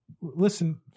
Listen